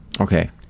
Okay